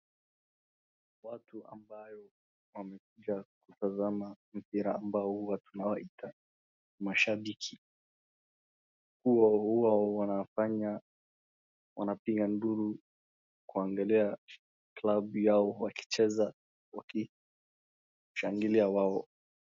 Watu ambayo wamekuja kutazama mpira ambao huwa tunawaita mashabiki, huwa wanafanya, wanapiga nduru kuangalia klabu yao wakicheza wakishangilia wao.